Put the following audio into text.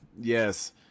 yes